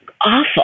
awful